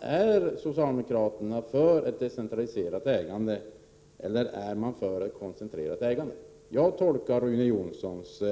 Är socialdemokraterna för ett decentraliserat ägande eller är de för ett koncentrerat ägande? Jag tolkar Rune Jonssons